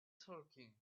talking